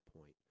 point